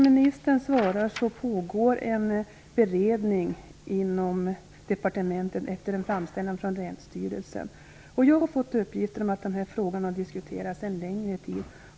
Ministern svarar att det pågår en beredning inom departementet efter en framställan från länsstyrelsen. Jag har fått uppgifter om att frågan har diskuterats en längre tid.